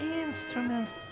instruments